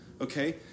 okay